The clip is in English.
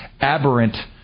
aberrant